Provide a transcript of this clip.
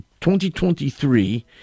2023